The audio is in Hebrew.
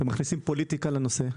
אתם מכניסים פוליטיקה לתוך הנושא.